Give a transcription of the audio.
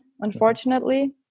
unfortunately